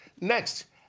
Next